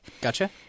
gotcha